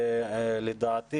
לדעתי,